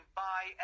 buy